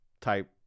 type